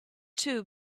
too